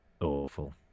awful